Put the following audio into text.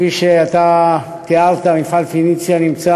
כפי שאתה תיארת, מפעל "פניציה" נמצא